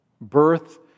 Birth